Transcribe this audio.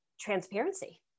transparency